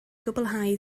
gwblhau